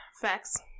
Facts